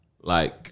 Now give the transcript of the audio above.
like-